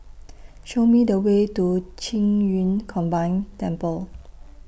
Show Me The Way to Qing Yun Combined Temple